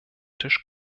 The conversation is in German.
tisch